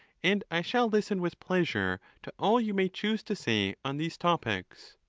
and i shall listen with pleasure to all you may choose to say on these topics.